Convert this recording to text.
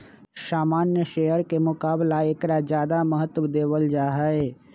सामान्य शेयर के मुकाबला ऐकरा ज्यादा महत्व देवल जाहई